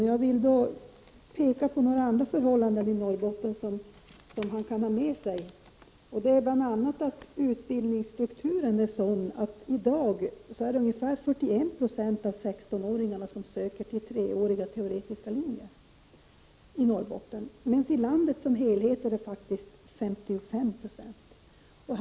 Sedan vill jag peka på några andra förhållanden i Norrbotten som det kan vara bra att Göran Persson beaktar. Det gäller då bl.a. utbildningsstrukturen. 41 20 av 16-åringarna i Norrbotten söker i dag till treåriga teoretiska linjer. Men för landet som helhet är motsvarande siffra faktiskt 55 20.